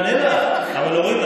לגבי הנהלים המיוחדים,